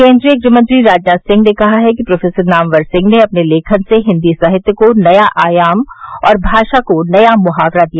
केन्द्रीय गृहमंत्री राजनाथ सिंह ने कहा है कि प्रोफेसर नामवर सिंह ने अपने लेखन से हिन्दी साहित्य को नया आयाम और भाषा को नया मुहावरा दिया